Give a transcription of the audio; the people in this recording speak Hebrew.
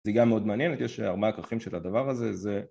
זיגה מאוד מעניינת, יש ארבעה כרכים של הדבר הזה, זה..